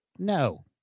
No